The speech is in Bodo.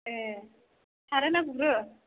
ए सारोना गुरो